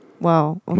Wow